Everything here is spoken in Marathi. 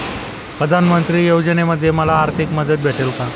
प्रधानमंत्री योजनेमध्ये मला आर्थिक मदत भेटेल का?